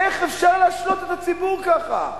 איך אפשר להשלות את הציבור ככה?